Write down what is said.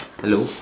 hello